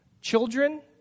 children